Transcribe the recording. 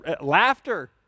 Laughter